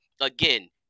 again